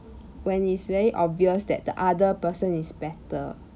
when it's very obvious that the other person is better